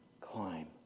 Climb